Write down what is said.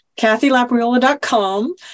KathyLapriola.com